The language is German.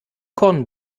korn